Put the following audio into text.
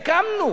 סיכמנו.